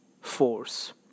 force